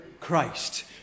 Christ